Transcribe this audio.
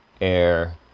Air